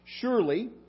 Surely